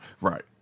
Right